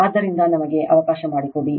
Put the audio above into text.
ಆದ್ದರಿಂದ ನನಗೆ ಅವಕಾಶ ಮಾಡಿಕೊಡಿ